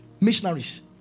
missionaries